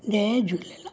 Jay Jhulelal